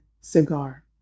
cigar